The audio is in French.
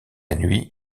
nuit